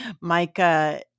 micah